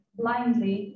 blindly